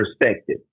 perspective